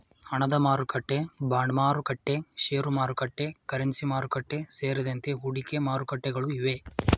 ಹಣದಮಾರುಕಟ್ಟೆ, ಬಾಂಡ್ಮಾರುಕಟ್ಟೆ, ಶೇರುಮಾರುಕಟ್ಟೆ, ಕರೆನ್ಸಿ ಮಾರುಕಟ್ಟೆ, ಸೇರಿದಂತೆ ಹೂಡಿಕೆ ಮಾರುಕಟ್ಟೆಗಳು ಇವೆ